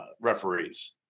referees